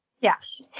Yes